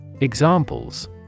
Examples